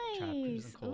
nice